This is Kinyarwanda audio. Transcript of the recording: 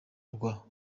rwabo